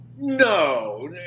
No